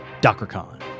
DockerCon